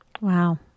Wow